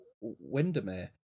Windermere